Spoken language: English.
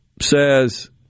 says